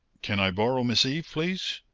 can i borrow miss eve, please?